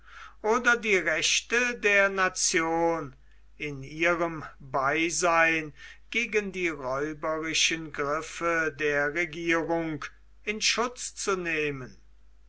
oder die rechte der nation in ihrem beisein gegen die räuberischen griffe der regierung in schutz zu nehmen